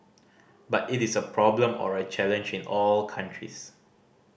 but it is a problem or a challenge in all countries